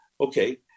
Okay